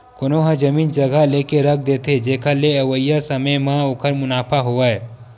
कोनो ह जमीन जघा लेके रख देथे, जेखर ले अवइया समे म ओखर मुनाफा होवय